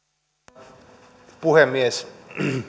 arvoisa puhemies